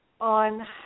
on